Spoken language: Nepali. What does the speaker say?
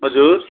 हजुर